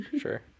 Sure